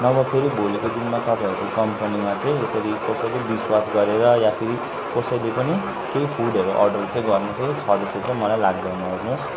नभए फेरि भोलिको दिनमा तपाईँहरूको कम्पनीमा चाहिँ यसरी कसैले विश्वास गरेर या फेरि कसैले पनि केही फुडहरू अर्डर चाहिँ गर्ने चाहिँ छ जस्तो चाहिँ मलाई लाग्दैन हेर्नुहोस्